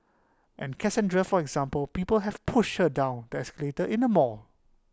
and Cassandra for example people have pushed her down the escalator in the mall